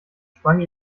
sprang